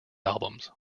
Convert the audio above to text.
albums